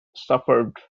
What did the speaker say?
suffered